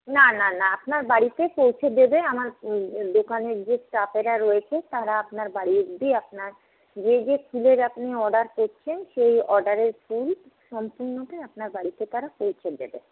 না না না আপনার বাড়িতে পৌঁছে দেবে আমার দোকানের যে স্টাফেরা রয়েছে তারা আপনার বাড়ি অবধি আপনার যে যে ফুলের আপনি অর্ডার করছেন সেই অর্ডারের ফুল সম্পূর্ণটাই আপনার বাড়িতে তারা পৌঁছে দেবে